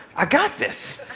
i got this.